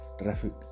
traffic